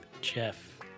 Jeff